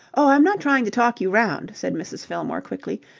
i'm not trying to talk you round, said mrs. fillmore quickly.